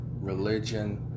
religion